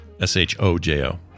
S-H-O-J-O